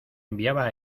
enviaba